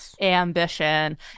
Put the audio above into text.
ambition